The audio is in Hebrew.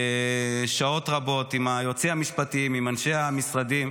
שעות רבות, עם היועצים המשפטיים, עם אנשי המשרדים.